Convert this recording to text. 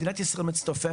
מדינת ישראל מצטופפת.